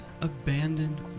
abandoned